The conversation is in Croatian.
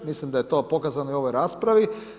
Mislim da je to pokazano i u ovoj raspravi.